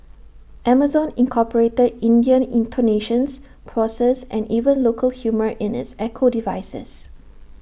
Amazon incorporated Indian intonations pauses and even local humour in its echo devices